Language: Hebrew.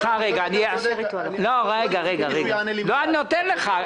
--- אני נותן לך.